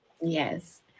Yes